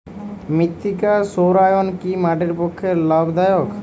মৃত্তিকা সৌরায়ন কি মাটির পক্ষে লাভদায়ক?